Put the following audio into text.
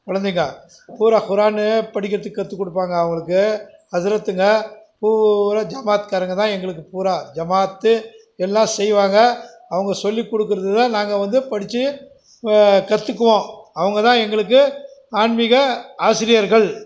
குலந்தைங்க பூராக குரானே படிக்கிறதுக்கு கற்றுக் கொடுப்பாங்க அவங்களுக்கு அசுரத்துங்க பூராக ஜமாத்க்காரங்க தான் எங்களுக்கு பூராக ஜமாத்து எல்லாம் செய்வாங்கள் அவங்க சொல்லிக் கொடுக்குறதுதான் நாங்கள் வந்து படித்து கற்றுக்குவோம் அவங்க தான் எங்களுக்கு ஆன்மீக ஆசிரியர்கள்